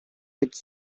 which